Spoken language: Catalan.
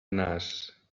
nas